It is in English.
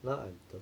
now I'm thir~